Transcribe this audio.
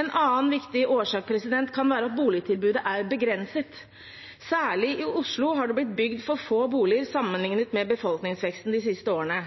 En annen viktig årsak kan være at boligtilbudet er begrenset. Særlig i Oslo har det blitt bygd for få boliger sammenlignet med befolkningsveksten de siste årene.